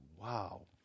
wow